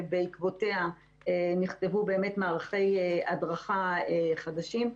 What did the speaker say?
שבעקבותיה נכתבו מערכי הדרכה חדשים.